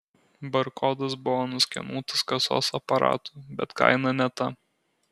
barkodas buvo nuskenuotas kasos aparatu bet kaina ne ta